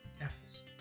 apples